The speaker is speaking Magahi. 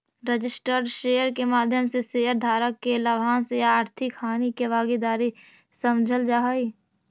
रजिस्टर्ड शेयर के माध्यम से शेयर धारक के लाभांश या आर्थिक हानि के भागीदार समझल जा हइ